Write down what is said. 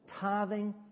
tithing